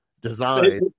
design